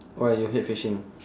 why you hate fishing